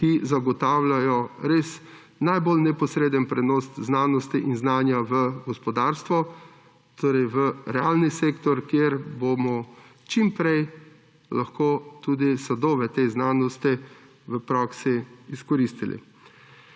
ki zagotavljajo res najbolj neposreden prenos znanosti in znanja v gospodarstvo, torej v realni sektor, kjer bomo čim prej lahko tudi sadove te znanosti v praksi izkoristili.